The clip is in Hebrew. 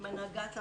עם הנהגת ההורים,